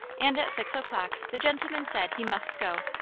and at six o'clock the gentleman said he must go.